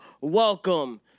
welcome